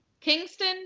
kingston